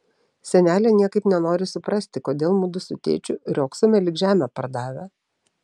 senelė niekaip nenori suprasti kodėl mudu su tėčiu riogsome lyg žemę pardavę